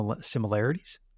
similarities